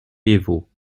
dévot